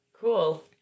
cool